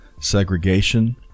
segregation